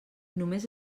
només